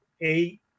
eight